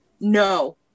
No